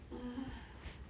!hais!